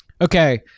Okay